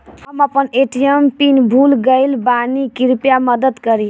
हम अपन ATM pin भूल गएल बानी, कृपया मदद करीं